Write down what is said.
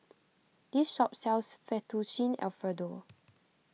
this shop sells Fettuccine Alfredo